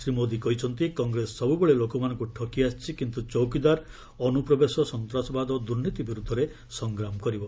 ଶ୍ରୀ ମୋଦି କହିଛନ୍ତି କଂଗ୍ରେସ ସବୂବେଳେ ଲୋକମାନଙ୍କୁ ଠକି ଆସିଛି କିନ୍ତୁ 'ଚୌକିଦାର' ଅନୁପ୍ରବେଶ ସନ୍ତାସବାଦ ଓ ଦୁର୍ନୀତି ବିରୁଦ୍ଧରେ ସଂଗ୍ରାମ କରିବ